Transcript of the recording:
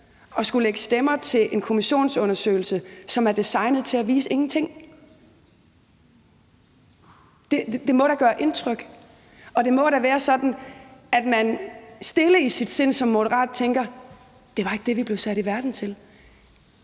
at skulle lægge stemmer til en kommissionsundersøgelse, som er designet til at vise ingenting. Det må da gøre indtryk, og det må da være sådan, at man som Moderat i sit stille sind tænker, at det ikke var det, man blev sat i verden for,